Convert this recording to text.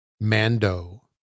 Mando